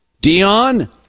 Dion